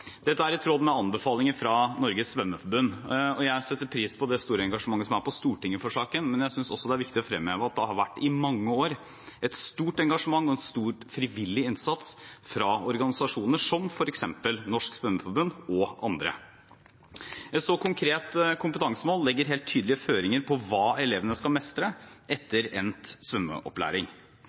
Dette er i tråd med anbefalinger fra Norges Svømmeforbund. Jeg setter pris på det store engasjementet som er på Stortinget for saken, men jeg synes også det er viktig å fremheve at det i mange år har vært et stort engasjement og en stor frivillig innsats fra organisasjoner som f.eks. Norges Svømmeforbund, og andre. Et så konkret kompetansemål legger helt tydelige føringer på hva elevene skal mestre